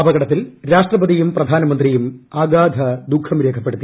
അപകടത്തിൽ രാഷ്ട്രപതിയും പ്രധാന്മന്ത്രിയും അഗാധ ദുഃഖം രേഖപ്പെടുത്തി